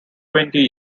twenty